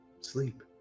sleep